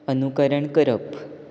अनुकरण करप